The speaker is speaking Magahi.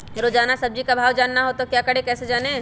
रोजाना सब्जी का भाव जानना हो तो क्या करें कैसे जाने?